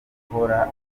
ashobora